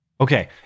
Okay